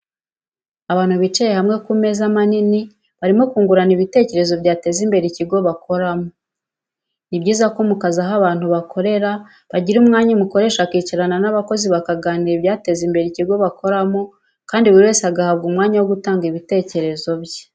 Abantu bicaye hamwe ku meza manini barimo kungurana ibitekerezo byateza imbere ikigo bakoramo. Ni byiza ko mu kazi aho abantu bakorera bagira umwanya umukoresha akicarana n'abakozi bakaganira ibyateza imbere ikigo bakoramo kandi buri wese agahabwa umwanya wo gutanga ibitekerezo bye.